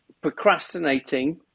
procrastinating